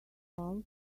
fault